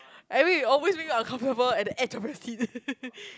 I mean it always make you uncomfortable at the edge of your seat